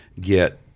get